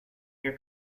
year